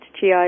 GI